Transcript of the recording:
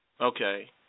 Okay